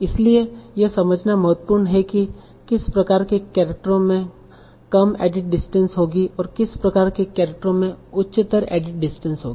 इसलिए यह समझना महत्वपूर्ण है कि किस प्रकार के केरेक्टरो में कम एडिट डिस्टेंस होगी और किस प्रकार के केरेक्टर में उच्चतर एडिट डिस्टेंस होगी